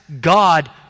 god